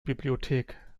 bibliothek